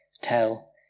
tell